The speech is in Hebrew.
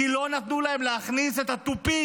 כי לא נתנו להם להכניס את התופים,